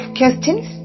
questions